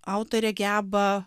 autorė geba